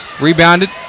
Rebounded